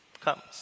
comes